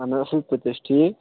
اَہَن حظ اصٕل پٲٹھۍ تُہۍ چھُو ٹھیٖک